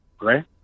right